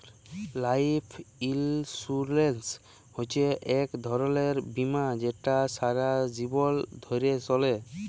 life insurance হছে ইক ধরলের বীমা যেট সারা জীবল ধ্যরে চলে